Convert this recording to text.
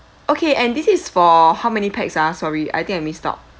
okay and this is for how many pax ah sorry I think I missed out